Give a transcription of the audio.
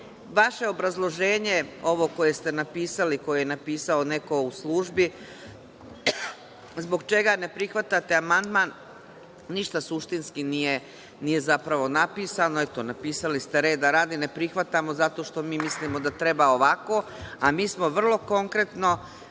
obrazloženje, ovo koje ste napisali, koje je napisao neko u službi zbog čega ne prihvatate amandman, ništa suštinski nije zapravo napisano. Eto, napisali ste reda radi – ne prihvatamo zato što mi mislimo da treba ovako, a mi smo vrlo konkretno